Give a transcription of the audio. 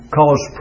cause